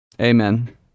Amen